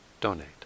donate